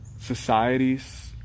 societies